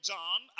John